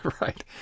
Right